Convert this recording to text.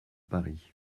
paris